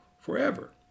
forever